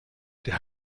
der